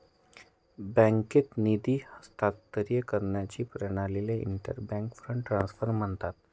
बँकेत निधी हस्तांतरित करण्याच्या प्रक्रियेला इंटर बँक फंड ट्रान्सफर म्हणतात